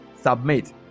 submit